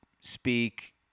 speak